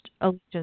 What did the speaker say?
allegiance